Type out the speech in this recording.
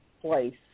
place